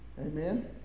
Amen